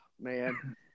Man